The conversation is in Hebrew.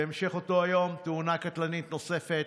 בהמשך אותו היום, תאונה קטלנית נוספת: